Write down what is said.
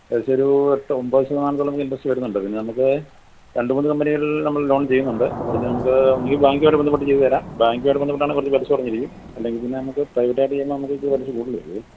ഏകദേശം ഒരു എട്ട് ഒമ്പത് ശതമാനത്തോളം ഇൻട്രസ്റ്റ് വരുന്നുണ്ട് പിന്നെ നമുക്ക് രണ്ടുമൂന്ന് കമ്പനികളിൽ നമ്മൾ ലോൺ ചെയ്യുന്നുണ്ട് അതിൽ നമുക്ക് അല്ലെങ്കിൽ ബാങ്കുമായിട്ട് ബന്ധപ്പെട്ട് ചെയ്തുതരാം ബാങ്കുമായിട്ട് ബന്ധപ്പെട്ടാണെങ്കിൽ കുറച്ച് പലിശ കുറഞ്ഞിരിക്കും അല്ലെങ്കിൽ പിന്നെ നമുക്ക് പ്രൈവറ്റായിട്ട് ചെയ്യുമ്പോൾ നമുക്ക് ഇത്തിരി പലിശ കൂടുതൽ വരും